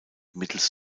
mittels